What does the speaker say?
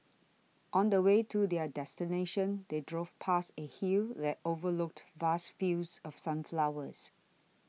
on the way to their destination they drove past a hill that overlooked vast fields of sunflowers